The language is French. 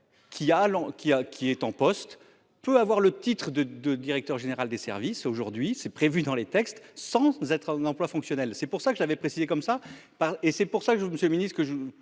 qui est en poste peut avoir le titre de de directeur général des services. Aujourd'hui, c'est prévu dans les textes sans vous être emploi fonctionnel, c'est pour ça que je l'avais précisé comme ça part et c'est pour ça que je vous Monsieur le Ministre